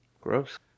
Gross